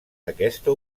aquesta